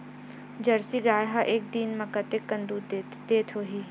Jersey गाय ह एक दिन म कतेकन दूध देत होही?